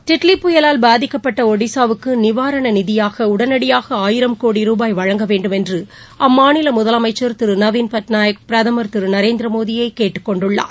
டிட்லி புயலால் பாதிக்கப்பட்ட ஒடிசாவுக்குநிவாரணநிதியாகஉடனடியாகஆயிரம் கோடி ரூபாய் வழங்க வேண்டும் என்றுஅம்மாநிலமுதலமைச்சர் திருநவீன் பட்நாயக் பிரதமா் நரேந்திரமோடியைகேட்டுக்கொண்டுள்ளார்